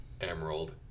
emerald